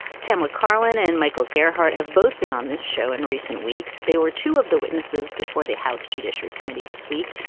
pamela karlan and michael gearhart have both been on this show in recent weeks. they were two of the witnesses before the house judiciary committee this week.